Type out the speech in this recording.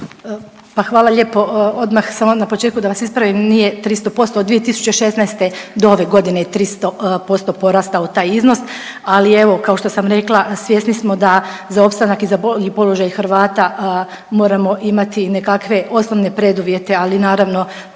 Pa hvala lijepo, odmah samo na početku da vas ispravim, nije 300%, od 2016. do ove godine je 300% porastao taj iznos, ali evo kao što sam rekla svjesni smo da za opstanak i položaj Hrvata moramo imati nekakve osnovne preduvjete, ali naravno